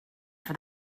for